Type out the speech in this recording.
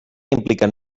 impliquen